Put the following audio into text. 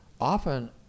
often